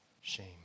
shame